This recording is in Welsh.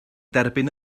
derbyn